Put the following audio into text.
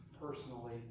personally